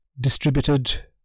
distributed